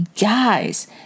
Guys